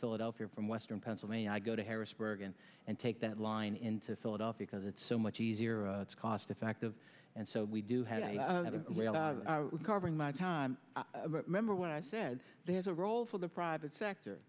philadelphia from western pennsylvania i go to harrisburg and and take that line into philadelphia because it's so much easier it's cost effective and so we do have a lot of covering my time member when i said there's a role for the private sector